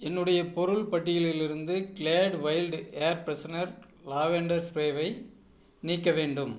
என்னுடைய பொருள் பட்டியலிலிருந்து Glade wild air freshener lavender ஸ்ப்ரேவை நீக்க வேண்டும்